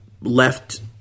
left